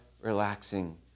relaxing